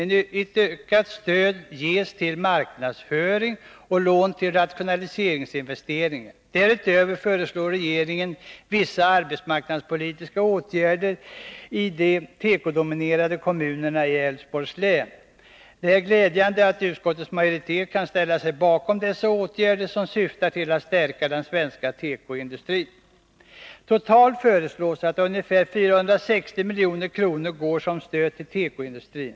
Ett ökat stöd ges till marknadsföring och lån till rationaliseringsinvesteringar. Därutöver föreslår regeringen vissa arbetsmarknadspolitiska åtgärder i de tekodominerade kommunerna i Älvsborgs län. Det är glädjande att utskottets majoritet ställer sig bakom dessa åtgärder, som syftar till att stärka den svenska tekoindustrin. Totalt föreslås att ungefär 460 milj.kr. går som stöd till tekoindustrin.